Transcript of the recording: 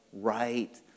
right